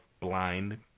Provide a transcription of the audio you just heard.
blind